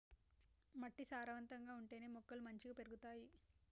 మట్టి సారవంతంగా ఉంటేనే మొక్కలు మంచిగ పెరుగుతాయి